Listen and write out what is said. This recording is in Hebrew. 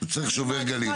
צריך שובר גלים.